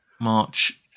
March